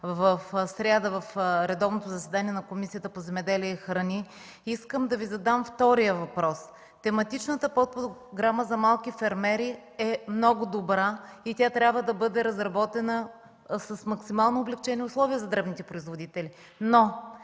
в сряда в редовното заседание на Комисията по земеделие и гори, искам да Ви задам втория въпрос. Тематичната подпрограма за малки фермери е много добра и тя трябва да бъде разработена с максимално облекчени условия за дребните производители,